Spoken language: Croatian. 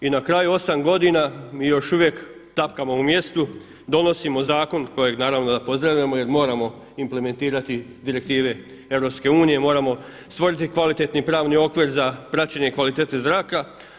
I na kraju, osam godina mi još uvijek tapkamo u mjestu, donosimo zakon kojeg naravno da pozdravljamo jer moramo implementirati direktive EU, moramo stvoriti kvalitetni pravni okvir za praćenje kvalitete zraka.